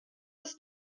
bis